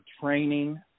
training